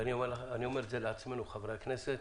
ואני אומר לעצמנו, חברי הכנסת: